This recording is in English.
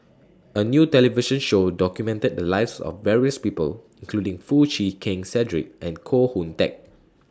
A New television Show documented The Lives of various People including Foo Chee Keng Cedric and Koh Hoon Teck